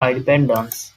independence